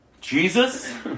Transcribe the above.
Jesus